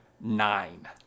nine